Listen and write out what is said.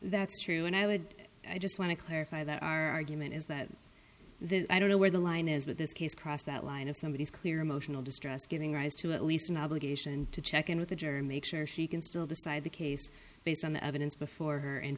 that's true and i would i just want to clarify that our argument is that i don't know where the line is but this case crossed that line if somebody is clear emotional distress giving rise to at least an obligation to check in with a jury make sure she can still decide the case based on the evidence before her